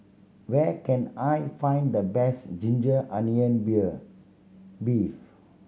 where can I find the best ginger onion bear beef